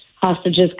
hostages